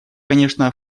конечно